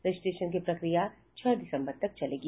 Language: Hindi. रजिस्ट्रेशन की प्रक्रिया छह दिसम्बर तक चलेगी